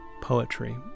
poetry